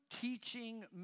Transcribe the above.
teaching